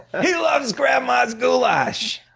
he loves grandma's goulash!